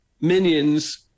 Minions